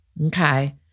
Okay